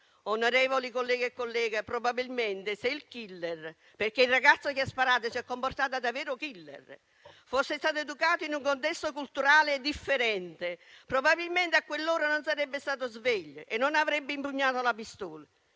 Onorevoli colleghi e colleghe, probabilmente se il killer - perché il ragazzo che ha sparato si è comportato da vero killer - fosse stato educato in un contesto culturale differente, probabilmente a quell’ora non sarebbe stato sveglio e non avrebbe impugnato la pistola.